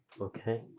Okay